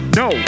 no